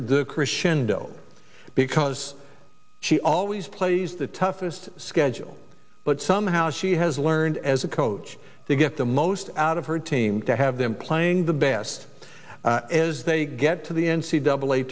the crescendo because she always plays the toughest schedule but somehow she has learned as a coach to get the most out of her team to have them playing the best as they get to the n c double a